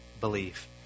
belief